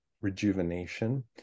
rejuvenation